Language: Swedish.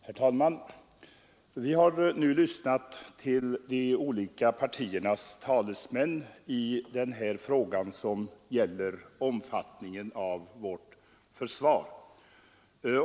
Herr talman! Vi har nu lyssnat till de olika partiernas talesmän i denna fråga, som gäller omfattningen av vårt försvar.